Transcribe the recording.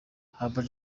humble